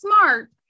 smart